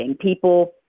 people